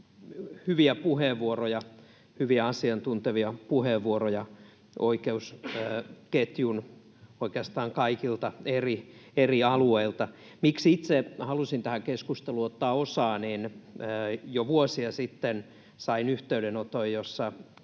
hyviä puheenvuoroja, hyviä, asiantuntevia puheenvuoroja, oikeastaan oikeusketjun kaikilta eri alueilta. Miksi itse halusin tähän keskusteluun ottaa osaa? Jo vuosia sitten sain yhteydenoton, jossa